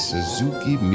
Suzuki